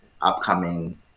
upcoming